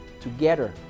Together